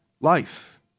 Life